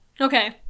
Okay